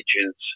agents